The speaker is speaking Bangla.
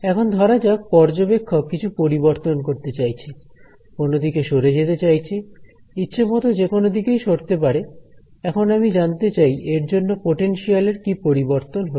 এখন ধরা যাক পর্যবেক্ষক কিছু পরিবর্তন করতে চাইছে কোনও দিকে সরে যেতে চাইছে ইচ্ছামত যে কোন দিকেই সরতে পারে এখন আমি জানতে চাই এর জন্য পটেনশিয়াল এর কি পরিবর্তন হলো